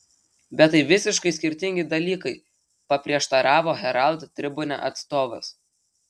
bet tai visiškai skirtingi dalykai paprieštaravo herald tribune atstovas